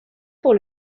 pour